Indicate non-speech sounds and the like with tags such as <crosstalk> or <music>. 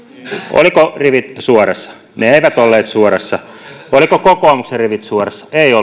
olivatko rivit suorassa ne eivät olleet suorassa olivatko kokoomuksen rivit suorassa eivät <unintelligible>